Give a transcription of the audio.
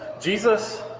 Jesus